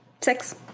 Six